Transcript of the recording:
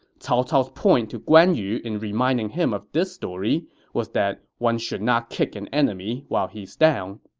cao cao's point to guan yu in reminding him of this story was that one should not kick an enemy while he's down.